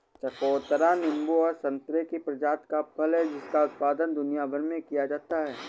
चकोतरा नींबू और संतरे की प्रजाति का फल है जिसका उत्पादन दुनिया भर में किया जाता है